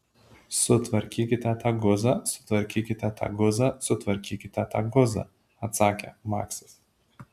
sutvarkykit tą guzą sutvarkykit tą guzą sutvarkykit tą guzą atsakė maksas